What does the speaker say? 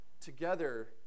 together